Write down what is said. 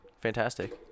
Fantastic